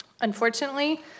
Unfortunately